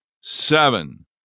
seven